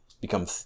become